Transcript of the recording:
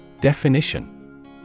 Definition